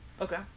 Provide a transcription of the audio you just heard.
Okay